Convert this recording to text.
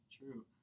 true